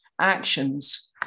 actions